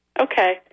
okay